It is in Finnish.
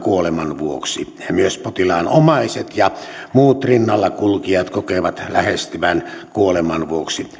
kuolemansa vuoksi myös potilaan omaiset ja muut rinnallakulkijat kokevat lähestyvän kuoleman vuoksi